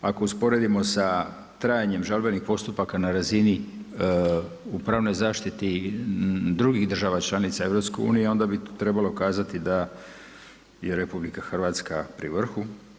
Ako usporedimo sa trajanjem žalbenih postupaka na razini u pravnoj zaštiti drugih država članica EU onda bi trebalo kazati da je RH pri vrhu.